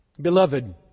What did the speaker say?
Beloved